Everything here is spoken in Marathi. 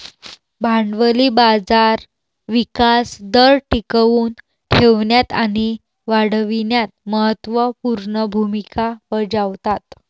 भांडवली बाजार विकास दर टिकवून ठेवण्यात आणि वाढविण्यात महत्त्व पूर्ण भूमिका बजावतात